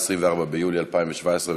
24 ביולי 2017,